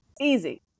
easy